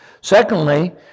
Secondly